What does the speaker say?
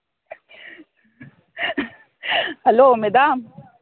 hello madam